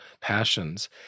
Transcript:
passions